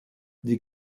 die